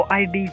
id